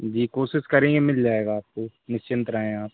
जी कोशिश करेंगे मिल जाएगा आपको निश्चिंत रहें आप